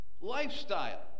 lifestyle